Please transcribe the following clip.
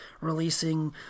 releasing